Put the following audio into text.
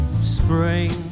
spring